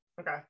Okay